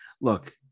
look